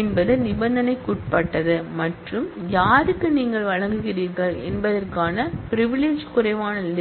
என்பது நிபந்தனைக்குட்பட்டது மற்றும் யாருக்கு நீங்கள் வழங்குகிறீர்கள் என்பதற்கான பிரிவிலிஜ் குறைவான லிஸ்ட்